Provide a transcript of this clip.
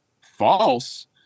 false